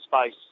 space